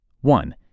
One